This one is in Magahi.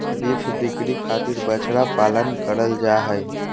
बीफ बिक्री खातिर बछड़ा पालन करल जा हय